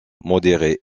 modéré